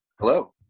Hello